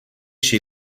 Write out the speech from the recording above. she